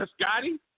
Scotty